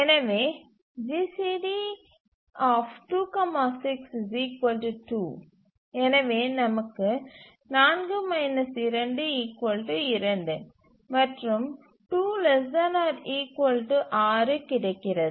எனவே GCD26 2 எனவே நமக்கு 4 2 2 மற்றும் 2 ≤ 6 கிடைக்கிறது